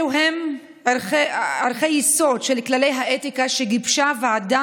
אלו הם ערכי היסוד של כללי האתיקה שגיבשה ועדה